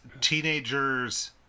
teenager's